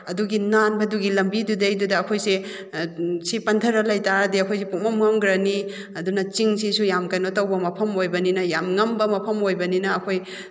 ꯑꯗꯨꯒꯤ ꯅꯥꯟꯕꯗꯨꯒꯤ ꯂꯝꯕꯤꯗꯨꯗꯩꯗꯨꯗ ꯑꯩꯈꯣꯏꯁꯦ ꯁꯤ ꯄꯟꯊꯔ ꯂꯩ ꯇꯥꯔꯗꯤ ꯑꯩꯈꯣꯏꯁꯦ ꯄꯨꯡꯃꯝ ꯃꯝꯈ꯭ꯔꯅꯤ ꯑꯗꯨꯅ ꯆꯤꯡꯁꯤꯁꯨ ꯌꯥꯝ ꯀꯩꯅꯣ ꯇꯧꯕ ꯃꯐꯝ ꯑꯣꯏꯕꯅꯤꯅ ꯌꯥꯝ ꯉꯝꯕ ꯃꯐꯝ ꯑꯣꯏꯕꯅꯤꯅ ꯑꯩꯈꯣꯏ